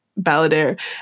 Balladair